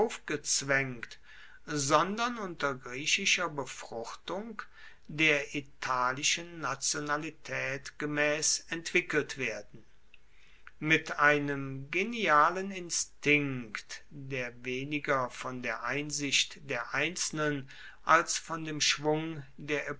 aufgezwaengt sondern unter griechischer befruchtung der italischen nationalitaet gemaess entwickelt werden mit einem genialen instinkt der weniger von der einsicht der einzelnen als von dem schwung der